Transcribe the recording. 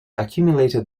accumulated